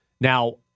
Now